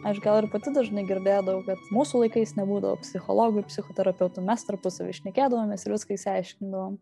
aš gal ir pati dažnai girdėdavau bet mūsų laikais nebūdavo psichologų ir psichoterapeutų mes tarpusavy šnekėdavomės ir viską išsiaiškindavom